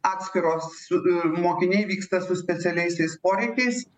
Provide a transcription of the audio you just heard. atskiros mokiniai vyksta su specialiaisiais poreikiais